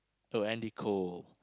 oh Andy-Cole